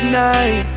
night